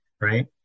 right